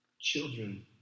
children